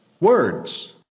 words